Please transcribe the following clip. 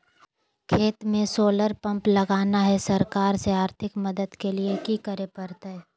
खेत में solar pump लगाना है, सरकार से आर्थिक मदद के लिए की करे परतय?